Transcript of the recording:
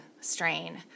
strain